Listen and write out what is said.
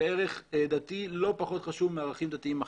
זה ערך דתי לא פחות חשוב מערכים דתיים אחרים.